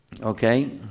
Okay